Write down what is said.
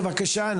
בבקשה,